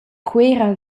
cuera